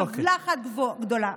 עוולה אחת גדולה.